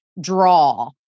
draw